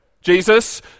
Jesus